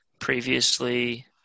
previously